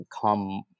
come